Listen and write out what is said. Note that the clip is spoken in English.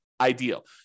ideal